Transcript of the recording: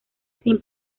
sin